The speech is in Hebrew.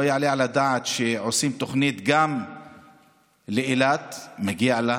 לא יעלה על הדעת שעושים תוכנית גם לאילת, מגיע לה,